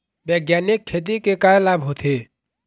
बैग्यानिक खेती के का लाभ होथे?